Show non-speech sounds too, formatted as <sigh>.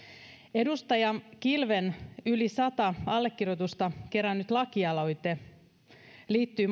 edustaja kilven yli sata allekirjoitusta kerännyt lakialoite liittyy <unintelligible>